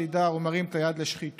שידע: הוא מרים את היד לשחיתות,